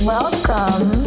Welcome